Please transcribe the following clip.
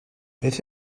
beth